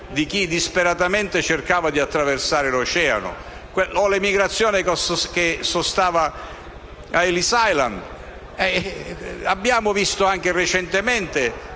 di chi disperatamente cercava di attraversare l'oceano, o all'emigrazione che sostava a Ellis Island. Peraltro, abbiamo visto anche recentemente